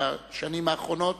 מ/363,